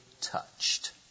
touched